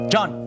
John